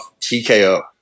TKO